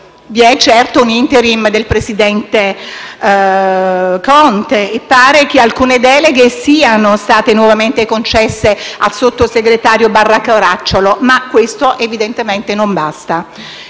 Vi è certo un *interim* del presidente Conte e pare che alcune deleghe siano state nuovamente concesse al sottosegretario Barra Caracciolo, ma questo evidentemente non basta.